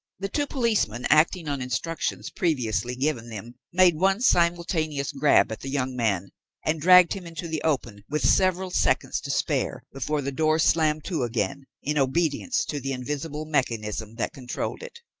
the two policemen, acting on instructions previously given them, made one simultaneous grab at the young man and dragged him into the open with several seconds to spare before the door slammed to again, in obedience to the invisible mechanism that controlled it.